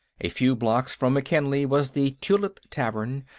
a few blocks from mckinley was the tulip tavern,